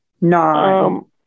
No